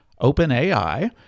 OpenAI